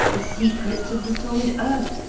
the secrets of the solid earth,